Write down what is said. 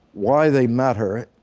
why they matter,